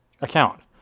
account